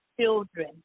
Children